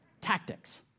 Tactics